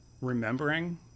remembering